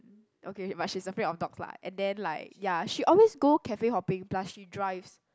okay but she's afraid of dogs lah and then like ya she always go cafe hopping plus she drives